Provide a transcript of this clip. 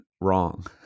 wrong